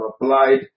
applied